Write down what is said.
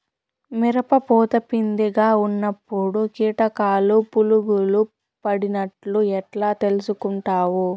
మిరప పూత పిందె గా ఉన్నప్పుడు కీటకాలు పులుగులు పడినట్లు ఎట్లా తెలుసుకుంటావు?